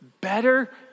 Better